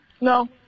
No